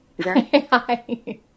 Hi